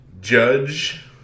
Judge